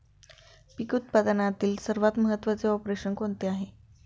पीक उत्पादनातील सर्वात महत्त्वाचे ऑपरेशन कोणते आहे?